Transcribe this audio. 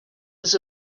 was